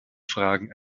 fragen